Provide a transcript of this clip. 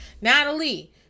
Natalie